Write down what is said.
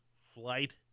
flight